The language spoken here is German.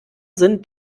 sind